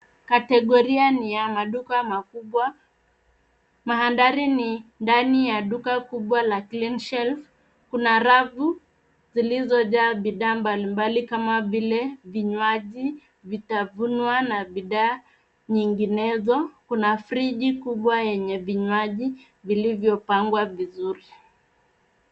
Kategoria ni ya maduka makubwa. Mandhari ni ndani ya duka kubwa la CleanShelf . Kuna rafu zilizojaa bidhaa mbali mbali kama vile: vinywaji, vitafunwa na bidhaa nyinginezo. Kuna friji kubwa yenye vinywaji vilivyopangwa vizuri.